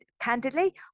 candidly